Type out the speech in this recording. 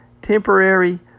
temporary